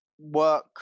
work